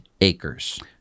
acres